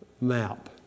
map